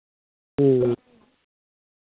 ᱦᱮᱸ